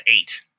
eight